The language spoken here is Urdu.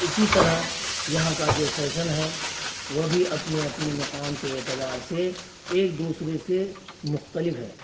اسی طرح یہاں کا جو فیشن ہے وہ بھی اپنے اپنے مقام کے اعتبار سے ایک دوسرے سے مختلف ہے